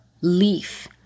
leaf